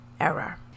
error